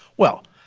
well,